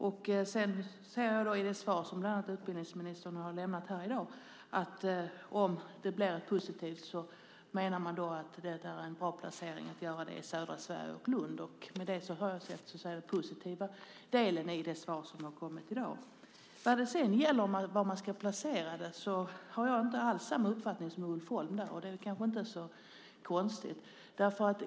Jag ser i det svar som utbildningsministern har lämnat här i dag att om det blir positivt menar man att södra Sverige och Lund är en bra placering. Det tycker jag är den positiva delen i det svar som har kommit i dag. När det gäller placeringen har jag inte alls samma uppfattning som Ulf Holm, och det är kanske inte så konstigt.